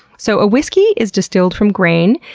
so, a whisky is distilled from grain.